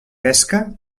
pesca